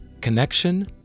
Connection